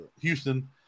Houston